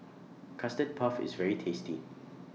Custard Puff IS very tasty